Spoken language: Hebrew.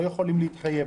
לא יכולים להתחייב,